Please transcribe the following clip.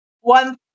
One